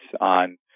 on